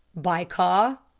by car?